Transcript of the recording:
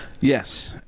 Yes